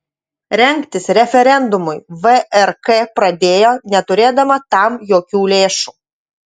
rengtis referendumui vrk pradėjo neturėdama tam jokių lėšų